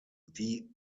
die